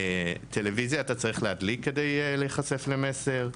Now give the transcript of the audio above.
שטלוויזיה אתה צריך להדליק כדי להיחשף למסר,